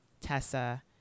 Tessa